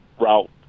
route